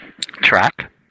Track